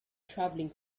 travelling